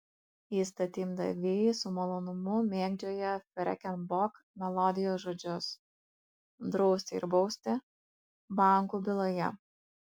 įstatymdaviai su malonumu mėgdžioja freken bok melodijos žodžius drausti ir bausti bankų byloje